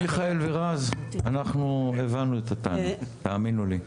מיכאל ורז אנחנו הבנו את הטענה, תאמינו לי.